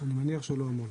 אני מניח שלא הרבה.